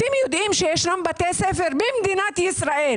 אתם יודעים שישנם בתי ספר במדינת ישראל